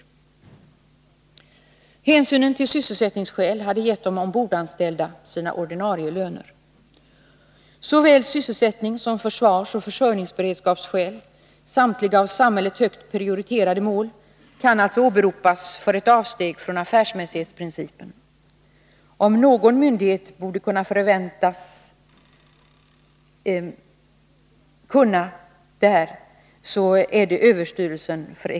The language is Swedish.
Om hänsyn hade tagits till sysselsättningsskälen, hade de Såväl sysselsättningsskäl som försvarsoch försörjningsberedskapsskäl — Måndagen den samtliga är av samhället högt prioriterade mål — kan alltså åberopas för ett 7 mars 1983 avsteg från affärsmässighetsprincipen.